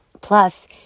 Plus